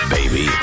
Baby